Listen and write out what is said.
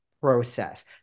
process